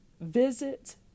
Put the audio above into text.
visit